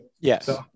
Yes